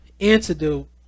antidote